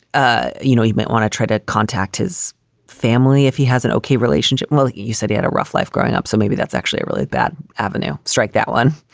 ah you know you might want to try to contact his family if he has an okay relationship. well, he said he had a rough life growing up, so maybe that's actually a really bad avenue. strike that one.